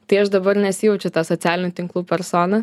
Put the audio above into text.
tai aš dabar nesijaučiu ta socialinių tinklų persona